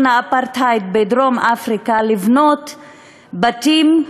האפרטהייד בדרום-אפריקה לבנות בתים,